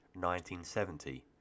1970